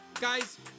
Guys